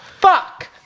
Fuck